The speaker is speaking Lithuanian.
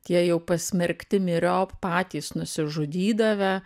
tie jau pasmerkti miriop patys nusižudydavę